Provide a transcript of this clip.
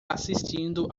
assistindo